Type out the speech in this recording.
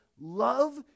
love